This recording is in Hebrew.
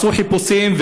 עשו חיפושים,